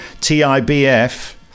T-I-B-F